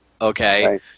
okay